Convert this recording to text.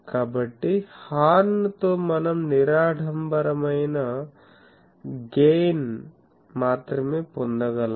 కాబట్టి హార్న్ తో మనం నిరాడంబరమైన గెయిన్ మాత్రమే పొందగలం